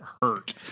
hurt